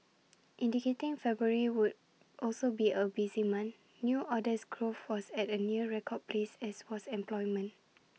indicating February would also be A busy month new orders growth was at A near record pace as was employment